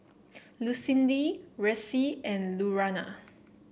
Lucindy Reece and Lurana